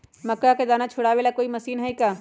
मक्का के दाना छुराबे ला कोई मशीन हई का?